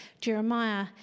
Jeremiah